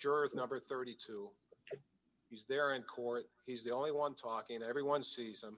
juror number thirty two is there in court he's the only one talking everyone sees them